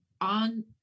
on